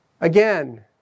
Again